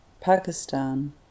Pakistan